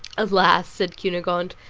alas! said cunegonde,